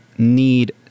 need